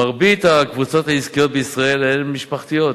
מרבית הקבוצות העסקיות בישראל הן משפחתיות,